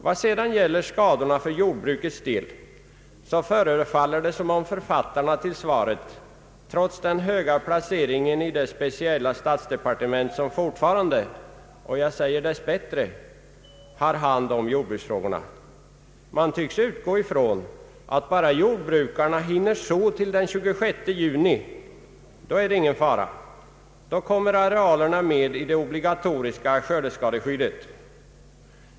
Vad sedan gäller skadorna för jordbrukets del, så förefaller det som om författarna till svaret, trots den höga placeringen i det speciella statsdepartement som fortfarande — och jag säger dess bättre — har hand om jordbruksfrågorna, tycks utgå ifrån att om bara jordbrukarna hinner så före den 26 juni, är det ingen fara. Då kommer arealerna med i det obligatoriska skördeskadeskyddet.